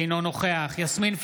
אינו נוכח יסמין פרידמן,